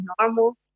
normal